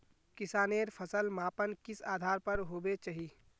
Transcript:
किसानेर फसल मापन किस आधार पर होबे चही?